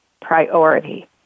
priority